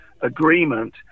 agreement